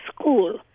school